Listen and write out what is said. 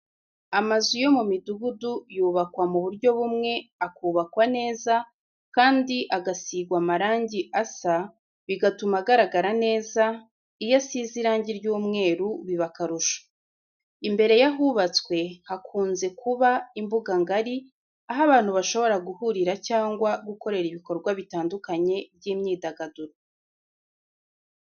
Amazu yo mu midugudu yubakwa mu buryo bumwe, akubakwa neza kandi agasigwa amarangi asa, bigatuma agaragara neza, iyo asize irange ry'umweru biba akarusho. Imbere y'ahubatswe, hakunze kuba imbuga ngari, aho abantu bashobora guhurira cyangwa gukorera ibikorwa bitandukanye by'imyidagaduro.